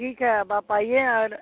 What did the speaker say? ठीक है अब आप आइए और